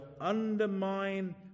undermine